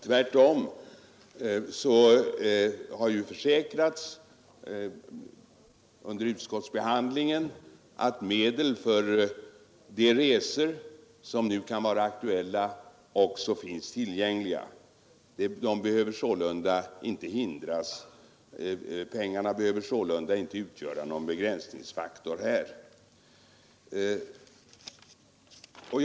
Tvärtom har det ju försäkrats under utskottsbehandlingen att medel för de resor som kan vara aktuella också finns tillgängliga. Pengarna behöver sålunda inte utgöra någon begränsningsfaktor i detta sammanhang.